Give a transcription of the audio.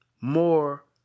more